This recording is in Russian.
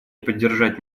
поддержать